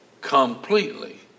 Completely